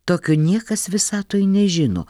tokio niekas visatoj nežino